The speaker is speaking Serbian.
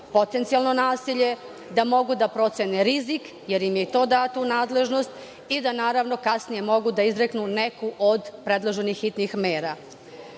potencijalno nasilje, da mogu da procene rizik, jer im je i to dato u nadležnost i da, naravno, kasnije mogu da izreknu neku od predloženih hitnih mera. Zato